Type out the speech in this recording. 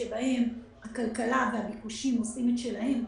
שבהם הכלכלה והביקושים עושים את שלהם,